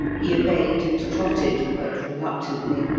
he obeyed, and trotted, but reluctantly,